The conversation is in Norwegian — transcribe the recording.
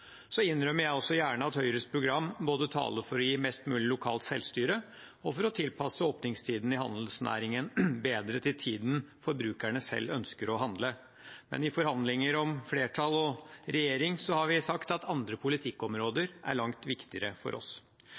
Så innrømmer jeg gjerne at Høyres program både taler for å gi mest mulig lokalt selvstyre og for å tilpasse åpningstidene i handelsnæringen bedre til tiden forbrukerne selv ønsker å handle. Men i forhandlinger om flertall og regjering har vi sagt at andre politikkområder er langt viktigere for oss.